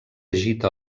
agita